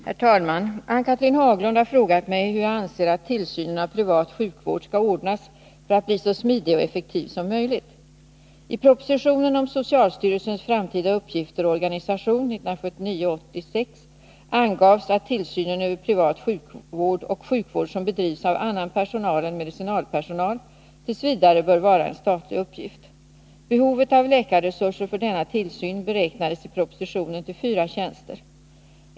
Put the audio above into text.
Herr talman! Ann-Cathrine Haglund har frågat mig hur jag anser att tillsynen av privat sjukvård skall ordnas för att bli så smidig och effektiv som möjligt. I propositionen om socialstyrelsens framtida uppgifter och organisation m.m. angavs att tillsynen över privat sjukvård och sjukvård som bedrivs av annan personal än medicinalpersonal t. v. bör vara en statlig uppgift. Behovet av läkarresurser för denna tillsyn beräknades i propositionen till fyra tjänster.